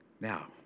Now